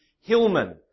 Hillman